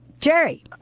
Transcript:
Jerry